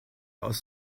aus